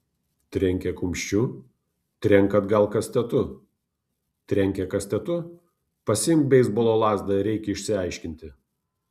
trenkė kumščiu trenk atgal kastetu trenkė kastetu pasiimk beisbolo lazdą ir eik išsiaiškinti